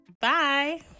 Bye